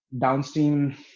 downstream